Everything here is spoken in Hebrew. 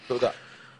תודה.